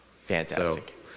Fantastic